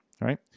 right